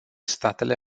statele